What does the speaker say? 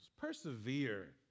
Persevere